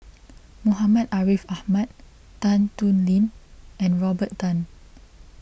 Muhammad Ariff Ahmad Tan Thoon Lip and Robert Tan